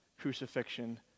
crucifixion